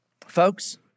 folks